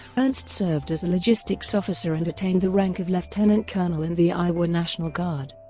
ernst served as a logistics officer and attained the rank of lieutenant colonel in the iowa national guard.